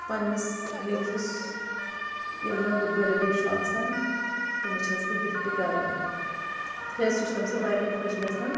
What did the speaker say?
پننِس نچۍوِس ییٚلہِ مےٚ بہٕ بٔرتھ ڈے چھُ آسان تٔمِس چھس بہٕ گفٹ کران تِکیاز سُہ چھُ تمہِ سۭتۍ واریاہ خۄش گژھان